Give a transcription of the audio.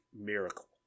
miracle